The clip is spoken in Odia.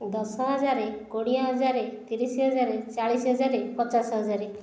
ଦଶ ହଜାର କୋଡ଼ିଏ ହଜାର ତିରିଶ ହଜାର ଚାଳିଶ ହଜାର ପଚାଶ ହଜାର